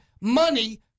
money